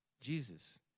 Jesus